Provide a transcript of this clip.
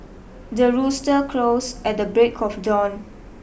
the rooster crows at the break of dawn